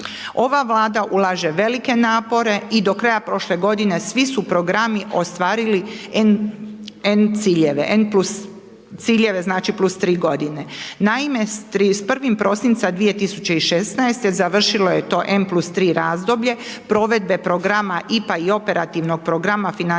Ova Vlada ulaže velike napore i do kraja prošle godine svi su programi ostvarili n ciljeve, n plus ciljeve, znači plus 3 godine. Naime, s 31. prosinca 2016. završilo je to n+3 razdoblje provedbe programa IPA i Operativnog programa financijskog